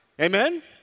Amen